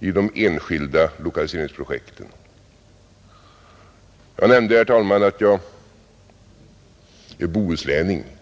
i de enskilda lokaliseringsprojekten. Jag nämnde, herr talman, att jag är bohuslänning.